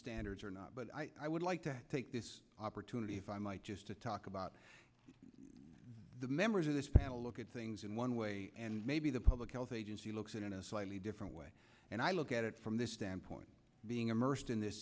standards or not but i would like to take this opportunity if i might just to talk about the members of this panel look at things in one way and maybe the public health agency looks in a slightly different way and i look at it from this standpoint being immersed in this